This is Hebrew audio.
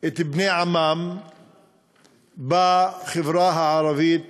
את בני עמם בחברה הערבית